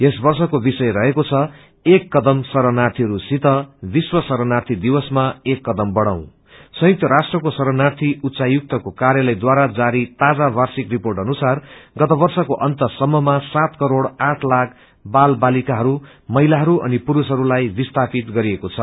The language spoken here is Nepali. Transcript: यस वर्षको विषयय रहेको छ एक कदम शरणार्थीहरूसित विश्व शरणार्थी दिवसमा एक कदम बढ़ाऔँ संयुक्त राष्ट्रको शरणार्थी उच्चायुक्तो कार्यालयद्वारा जारी ताजा वपार्षिक रिर्पोट अनुसार गत वर्षको अन्त सम्ममा सात करोड़ आठ लाख बाल बालिकाहरू महिलाहरू अनि पुरूषहरूलाई विस्थापित गरिएको छ